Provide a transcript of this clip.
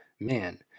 man